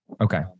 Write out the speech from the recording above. Okay